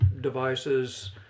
devices